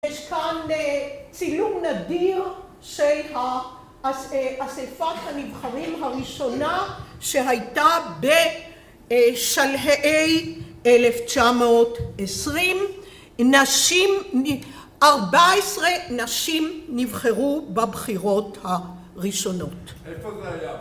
יש כאן צילום נדיר של אספת הנבחרים הראשונה שהייתה בשלהי 1920 14 נשים נבחרו בבחירות הראשונות... איפה זה היה?